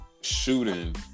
shooting